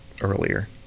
earlier